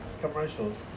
commercials